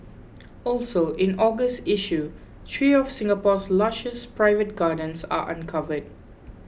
also in August issue three of Singapore's lushest private gardens are uncovered